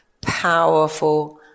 powerful